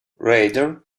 radar